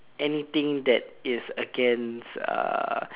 anything that is against uh